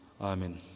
Amen